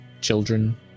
children